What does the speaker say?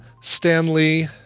Stanley